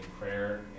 prayer